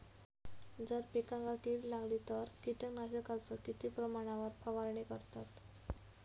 जर पिकांका कीड लागली तर कीटकनाशकाचो किती प्रमाणावर फवारणी करतत?